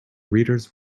readers